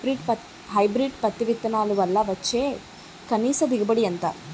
Hybrid పత్తి విత్తనాలు వల్ల వచ్చే కనీస దిగుబడి ఎంత?